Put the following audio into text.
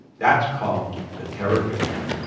that's called the terror barrier. yeah,